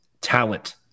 talent